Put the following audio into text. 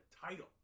title